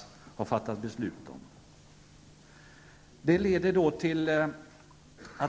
Sveriges turistråd bedriver